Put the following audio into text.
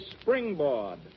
springboard